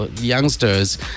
youngsters